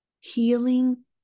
healing